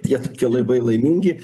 tie labai laimingi